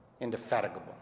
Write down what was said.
indefatigable